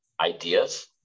ideas